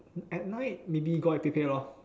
at night maybe go out with Pei-Pei lor